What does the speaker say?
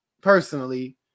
personally